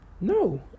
No